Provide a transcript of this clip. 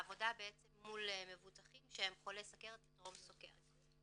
עבודה מול מבוטחים שהם חולי סכרת וטרום סכרת.